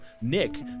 Nick